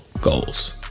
goals